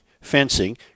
fencing